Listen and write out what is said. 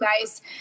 guys